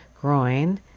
groin